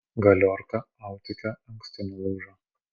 galiorka autike anksti nulūžo